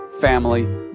family